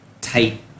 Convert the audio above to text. tight